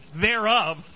thereof